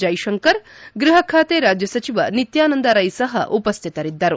ಜೈಶಂಕರ್ ಗ್ಬಹ ಖಾತೆ ರಾಜ್ಯ ಸಚಿವ ನಿತ್ಯಾನಂದ ರೈ ಸಹ ಉಪಸ್ಥಿತರಿದ್ದರು